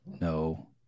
No